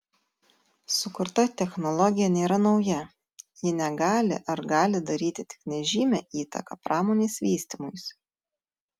sukurta technologija nėra nauja ji negali ar gali daryti tik nežymią įtaką pramonės vystymuisi